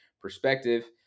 perspective